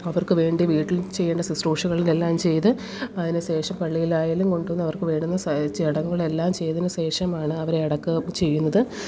അവർക്ക് വേണ്ടി വീട്ടിൽ ചെയ്യേണ്ട ശുശ്രൂഷകള് എല്ലാം ചെയ്ത് അതിനു ശേഷം പള്ളിയിലായാലും കൊണ്ടുവന്ന് അവർക്ക് വേണ്ടുന്ന സഹാ ചടങ്ങുകളെല്ലാം ചെയ്തതിനു ശേഷമാണ് അവരെ അടക്കമൊക്കെ ചെയ്യുന്നത്